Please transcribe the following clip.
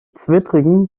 zwittrigen